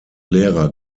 lehrer